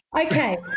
Okay